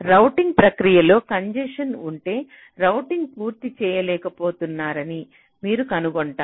routing ప్రక్రియలో congestion ఉంటే రౌటింగ్ను పూర్తి చేయలేకపోతున్నారని మీరు కనుగొంటారు